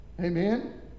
Amen